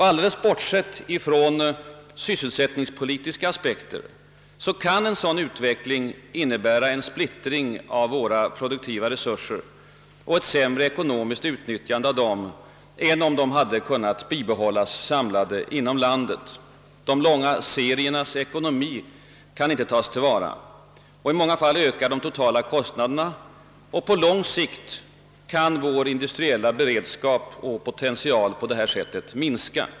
Alldeles bortsett från sysselsättningspolitiska aspekter kan en sådan utveckling innebära en splittring av våra produktiva resurser och ett sämre ekonomiskt utnyttjande av dem än om de hade kunnat bibehållas samlade inom landet. De långa seriernas ekonomi kan inte tas till vara. I många fall ökar de totala kostnaderna. På lång sikt kan vår industriella beredskap och potential på detta sätt minska.